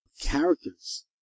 characters